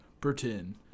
pretend